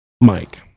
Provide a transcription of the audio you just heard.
mike